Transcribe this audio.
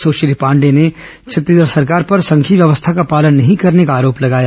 सुश्री पांडेय ने छत्तीसगढ सरकार पर संघीय व्यवस्था का पालन नहीं करने का आरोप लगाया